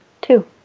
two